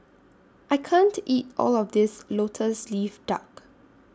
I can't eat All of This Lotus Leaf Duck